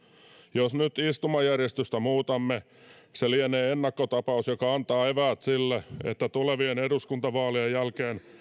jos nyt muutamme istumajärjestystä se lienee ennakkotapaus joka antaa eväät sille että tulevien eduskuntavaalien jälkeen